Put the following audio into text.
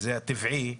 זה טבעי,